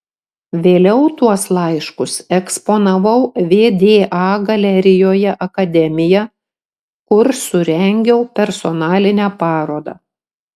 vėliau tuos laiškus eksponavau vda galerijoje akademija kur surengiau personalinę parodą